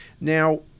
now